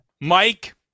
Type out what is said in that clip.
Mike